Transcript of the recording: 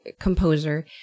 composer